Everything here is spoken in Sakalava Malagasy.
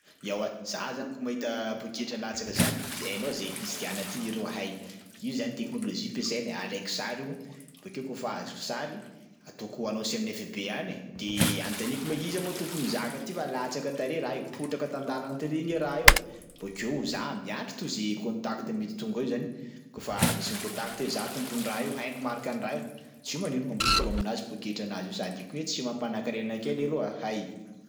Eoa! Za zany ko mahita poketra latsaka zany hainao zahay kristiana ty leroa, hay! Io zany teknôlôjia mpesaina e, alaiko sary io bôkeo kaofa azoko sary ataoko annonce amy FB ane de anontaniko hoe iza moa tompon'ny zaka ty fa latsaka tary raha io, potraka tan-dàlana tary nge raha io e? Bôkeo za miandry to zay contact mety tonga eo zany kaofa misy micontact hoe za tompon'ny raha io hainy marikan'ny raha io, tsy manino ampodiko aminazy poketranazy io sady io koa e tsy mampanan-karena akay leroa hay.